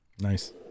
nice